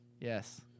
yes